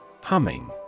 Humming